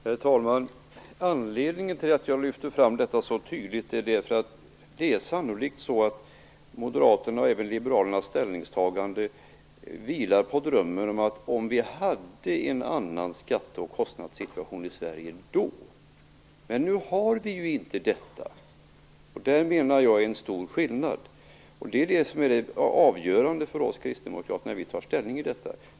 Herr talman! Anledningen till att jag lyfte fram detta så tydligt är att det sannolikt är så att Moderaternas, och även liberalernas, ställningstagande vilar på drömmen om att "om vi hade en annan skatte och kostnadssituation i Sverige, då..." Men nu har vi inte detta. Det är en stor skillnad. Det är detta som är det avgörande för oss kristdemokrater när vi tar ställning.